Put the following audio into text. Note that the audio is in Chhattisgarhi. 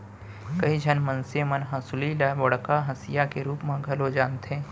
कइ झन मनसे मन हंसुली ल बड़का हँसिया के रूप म घलौ जानथें